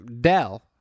Dell